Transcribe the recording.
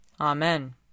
Amen